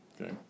Okay